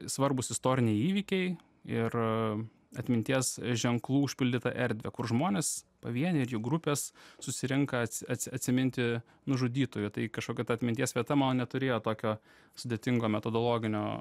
svarbūs istoriniai įvykiai ir atminties ženklų užpildytą erdvę kur žmonės pavieniai ir jų grupės susirenka atsi atsiminti nužudytųjų tai kažkokia tai atminties vieta man neturėjo tokio sudėtingo metodologinio